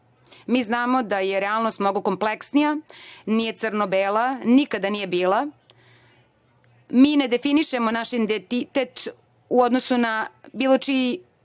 Mi znamo da je realnost mnogo kompleksnija, nije crno bela, nikada nije bila. Mi ne definišemo naš identitet u odnosu na bilo čiji